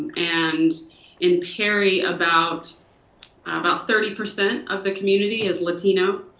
and in perry, about about thirty percent of the community is latino.